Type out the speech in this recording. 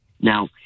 now